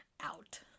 out